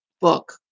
book